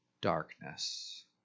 darkness